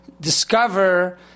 discover